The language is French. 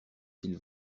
s’il